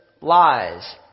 lies